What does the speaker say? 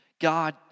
God